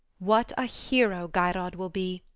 what a hero geirrod will be,